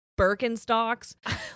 Birkenstocks